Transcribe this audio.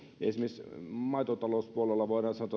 esimerkiksi maitotalouspuolelta voidaan sanoa